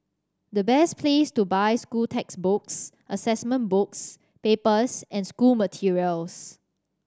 the best place to buy school textbooks assessment books papers and school materials